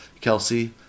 Kelsey